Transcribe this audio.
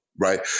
Right